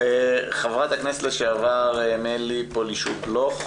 חברת הכנסת לשעבר מלי פולישוק בלוך.